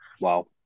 Wow